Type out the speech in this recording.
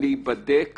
להיבדק